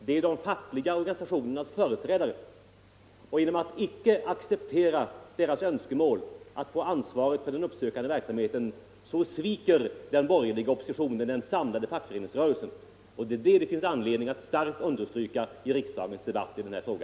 Det är de fackliga organisationernas förträdare som gör det, och om man icke accepterar deras önskemål att få ansvaret för den uppsökande verksamheten sviker den borgerliga oppositionen den samlade fackföreningsrörelsen. Det finns anledning att starkt understryka det i riksdagens debatt i denna fråga.